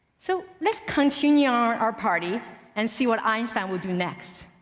so let's continue our our party and see what einstein would do next.